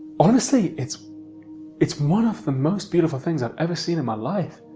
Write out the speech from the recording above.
honestly it's it's one of the most beautiful things i've ever seen in my life